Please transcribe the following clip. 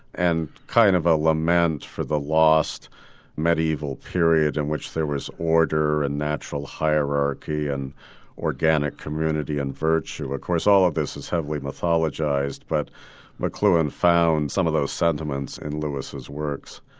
and kind of a lament for the lost medieval period in which there was order and natural hierarchy and organic community and virtue. of course all of this is heavily mythologised but mcluhan found some of those sentiments in lewis's works.